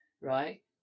right